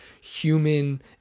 human